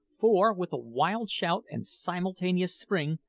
for, with a wild shout and simultaneous spring,